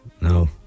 No